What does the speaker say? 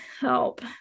help